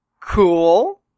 Cool